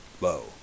low